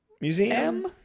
Museum